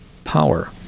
power